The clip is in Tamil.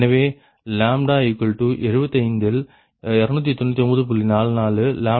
எனவே λ75 யில் 299